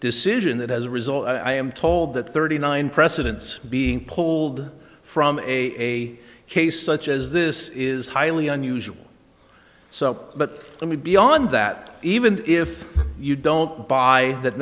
decision that as a result i am told that thirty nine precedents being pulled from a case such as this is highly unusual so but i mean beyond that even if you don't buy that